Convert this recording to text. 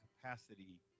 capacity